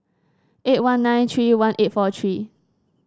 eight one nine three one eight four three